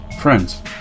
friends